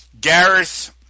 Gareth